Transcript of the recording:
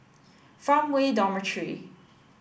Farmway Dormitory